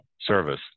service